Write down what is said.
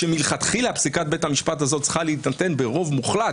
כאשר מלכתחילה פסיקת בית המשפט הזאת צריכה להינתן ברוב מוחלט,